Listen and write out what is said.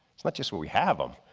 it's not just what we have them,